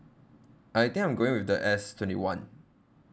I think I'm going with the S twenty one